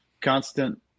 constant